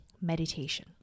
meditation